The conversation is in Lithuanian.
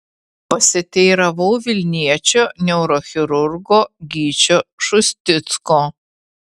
pasiteiravau vilniečio neurochirurgo gyčio šusticko